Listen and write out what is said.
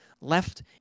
left